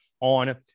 on